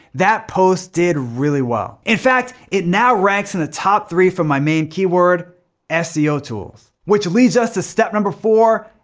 that post did really well. in fact, it now ranks in the top three for my main keyword seo tools. which leads us to step number four.